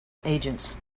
agents